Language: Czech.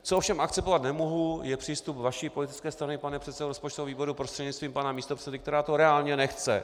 Co ovšem akceptovat nemohu, je přístup vaší politické strany, pane předsedo rozpočtového výboru prostřednictvím pana místopředsedy, která to reálně nechce.